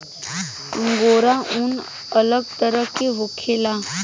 angora ऊन अलग तरह के होखेला